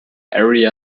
area